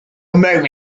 moment